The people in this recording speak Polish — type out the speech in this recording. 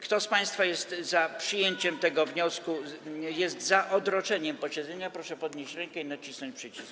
Kto z państwa jest za przyjęciem tego wniosku, za odroczeniem posiedzenia, proszę podnieść rękę i nacisnąć przycisk.